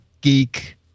Geek